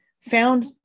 found